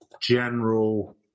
general